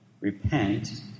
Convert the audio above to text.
repent